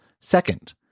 Second